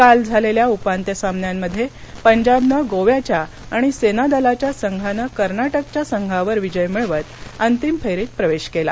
काल झालेल्या उपांत्य सामन्यांमध्ये पंजाबनं गोव्याच्या आणि सेनादलाच्या संघानं कर्नाटक संघावर विजय मिळवत अंतिम फेरीत प्रवेश केला